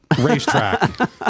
racetrack